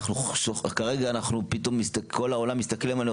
כרגע כל העולם מסתכלים עלינו.